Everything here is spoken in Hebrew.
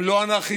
הם לא אנרכיסטים,